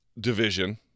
division